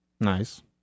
Nice